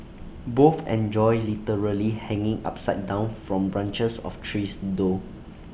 both enjoy literally hanging upside down from branches of trees though